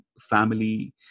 family